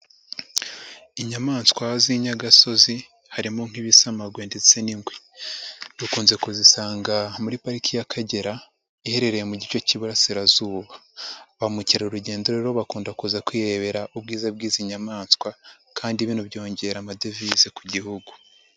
Inyamaswa z'inyagasozi harimo nk'ibisamagwe ndetse n'ingwe. Dukunze kuzisanga muri pariki y'Akagera iherereye mu gice cy'iburasirazuba. Ba mukerarugendo rero bakunda kuza kwirebera ubwiza bw'izi nyamaswa kandi bino byongera amadevize ku gihugu.